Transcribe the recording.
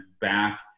back